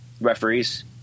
referees